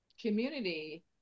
community